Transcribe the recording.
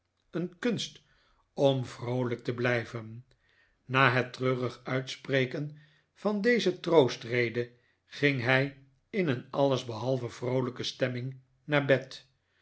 een kunst om vroolijk te blijven na het treurig uitspreken van deze troostrede ging hij in een alles behalve vroolijke stemming naar bed